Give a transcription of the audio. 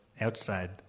outside